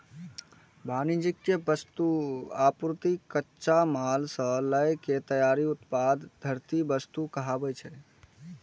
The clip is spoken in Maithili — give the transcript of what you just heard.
वाणिज्यिक वस्तु, आपूर्ति, कच्चा माल सं लए के तैयार उत्पाद धरि वस्तु कहाबै छै